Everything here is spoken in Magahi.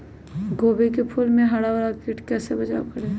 गोभी के फूल मे हरा वाला कीट से कैसे बचाब करें?